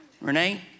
Renee